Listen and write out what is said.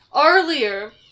earlier